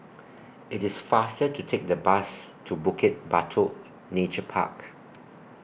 IT IS faster to Take The Bus to Bukit Batok Nature Park